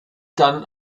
dann